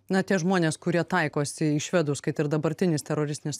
na tie žmonės kurie taikosi į švedus kad ir dabartinis teroristinis